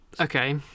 okay